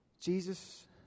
Jesus